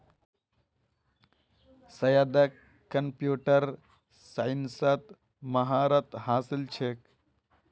सैयदक कंप्यूटर साइंसत महारत हासिल छेक